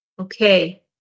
Okay